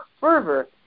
fervor